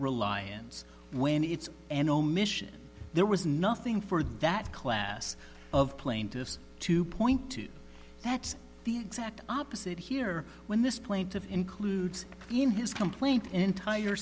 reliance when it's an omission there was nothing for that class of plaintiffs two point two that's the exact opposite here when this plaintiff includes in his complaint entire